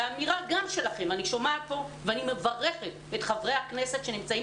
אני שומעת ואני מברכת את חברי הכנסת שנמצאים